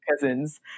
cousins